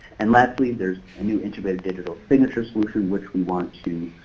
and lastly, there's a new integrated digital signature solution, which we want to